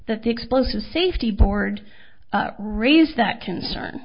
that the explosives safety board raised that concern